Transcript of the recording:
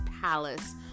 palace